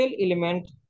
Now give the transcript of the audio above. element